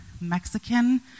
Mexican